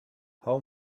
how